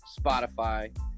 Spotify